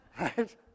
Right